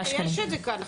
הינה, יש את זה כאן.